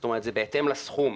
זאת אומרת, זה בהתאם לסכום.